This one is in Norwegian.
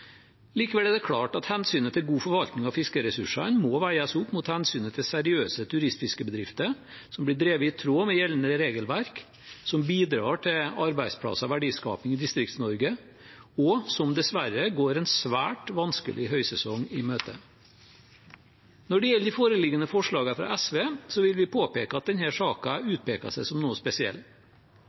Likevel er det klart at hensynet til god forvaltning av fiskeressursene må veies opp mot hensynet til seriøse turistfiskebedrifter som blir drevet i tråd med gjeldende regelverk, som bidrar til arbeidsplasser og verdiskaping i Distrikts-Norge, og som dessverre går en svært vanskelig høysesong i møte. Når det gjelder de foreliggende forslagene fra SV, vil vi påpeke at denne saken utpeker seg som noe spesiell.